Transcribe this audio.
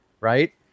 right